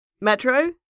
Metro